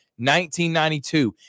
1992